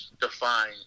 define